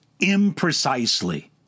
imprecisely